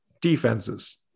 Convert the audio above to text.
Defenses